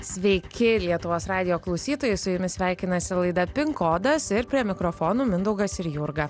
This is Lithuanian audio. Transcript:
sveiki lietuvos radijo klausytojai su jumis sveikinasi laida pin kodas ir prie mikrofonų mindaugas ir jurga